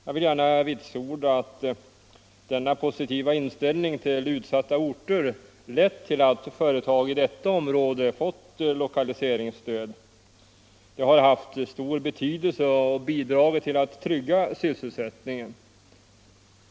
Jag vill gärna vitsorda att denna positiva inställning till utsatta orter lett till att företag i detta område fått lokaliseringsstöd. Det har haft stor betydelse och bidragit till att trygga sysselsättningen.